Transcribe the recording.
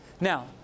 Now